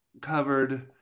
covered